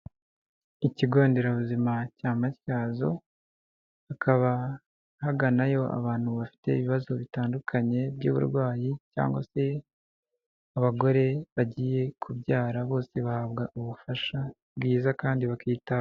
Ikigo nderabuzima cya matyazo hakaba haganayo abantu bafite ibibazo bitandukanye by'uburwayi cyangwa se abagore bagiye kubyara bose bahabwa ubufasha bwiza kandi bakita.